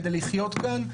כדי לחיות כאן,